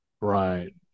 right